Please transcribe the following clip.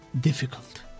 difficult